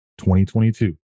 2022